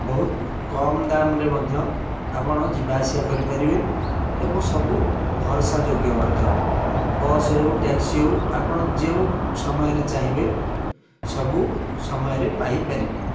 ବହୁତ କମ୍ ଦାମ୍ରେ ମଧ୍ୟ ଆପଣ ଯିବା ଆସିବା କରିପାରିବେ ଏବଂ ସବୁ ଭରସା ଯୋଗ୍ୟ ମଧ୍ୟ ବସ୍ ହେଉ ଟ୍ୟାକ୍ସି ହେଉ ଆପଣ ଯେଉଁ ସମୟରେ ଚାହିଁବେ ସବୁ ସମୟରେ ପାଇପାରିବେ